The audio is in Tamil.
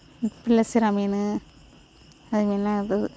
பிளசுறா மீன் அது என்னது